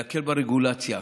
להקל ברגולציה,